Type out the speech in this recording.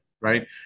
right